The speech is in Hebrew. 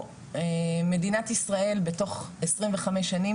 מדינת ישראל בתוך 25 שנים,